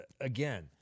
again